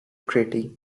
treaty